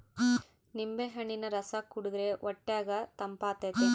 ನಿಂಬೆಹಣ್ಣಿನ ರಸ ಕುಡಿರ್ದೆ ಹೊಟ್ಯಗ ತಂಪಾತತೆ